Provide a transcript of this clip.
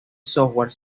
software